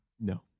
No